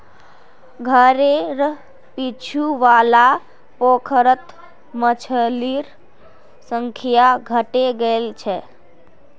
घरेर पीछू वाला पोखरत मछलिर संख्या घटे गेल छ